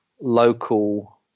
local